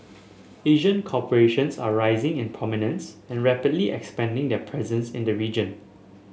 Asian corporations are rising in prominence and rapidly expanding their presence in the region